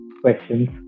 questions